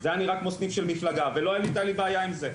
זה היה כמו סניף מפלגה ולא הייתה לי בעיה עם זה,